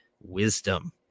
wisdom